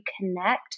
connect